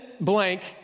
blank